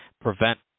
prevent